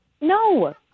No